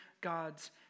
God's